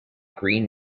green